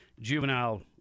juvenile